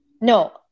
no